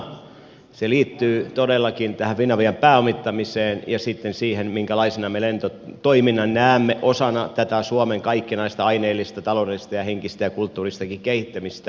se liittyy todellakin tähän finavian pääomittamiseen ja sitten siihen minkälaisena me lentotoiminnan näemme osana tätä suomen kaikkinaista aineellista taloudellista ja henkistä ja kulttuuristakin kehittämistä